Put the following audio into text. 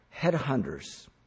headhunters